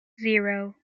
zero